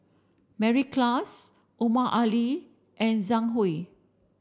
Mary Klass Omar Ali and Zhang Hui